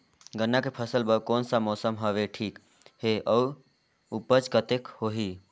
गन्ना के फसल बर कोन सा मौसम हवे ठीक हे अउर ऊपज कतेक होही?